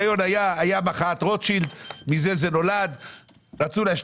אבל גם לא בגיל 12 או 11. נראה לי שלא.